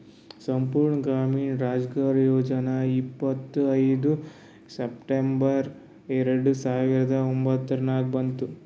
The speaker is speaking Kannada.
ಸಂಪೂರ್ಣ ಗ್ರಾಮೀಣ ರೋಜ್ಗಾರ್ ಯೋಜನಾ ಇಪ್ಪತ್ಐಯ್ದ ಸೆಪ್ಟೆಂಬರ್ ಎರೆಡ ಸಾವಿರದ ಒಂದುರ್ನಾಗ ಬಂತು